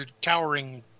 towering